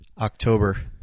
October